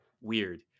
weird